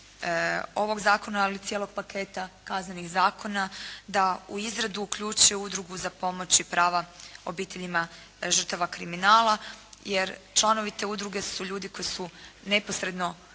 ovog zakona, ali i cijelog paketa kaznenih zakona da u izradu uključe Udrugu za pomoć i prava obiteljima žrtava kriminala. Jer članovi te udruge su ljudi koji su neposredno